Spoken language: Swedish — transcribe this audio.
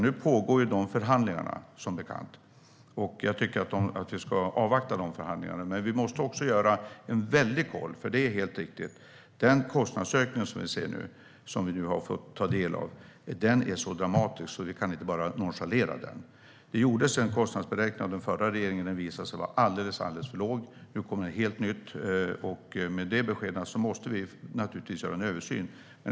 Nu pågår de förhandlingarna, som bekant, och jag tycker att vi ska avvakta dem. Men vi måste också göra en väldig koll, för det är helt riktigt att den kostnadsökning vi nu har fått ta del av är så dramatisk att vi inte bara kan nonchalera den. Det gjordes en kostnadsberäkning av den förra regeringen, och den visade sig vara alldeles för låg. Nu kommer ett helt nytt besked, och med det måste vi naturligtvis göra en översyn.